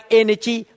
energy